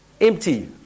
empty